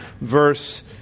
verse